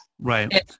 Right